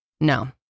No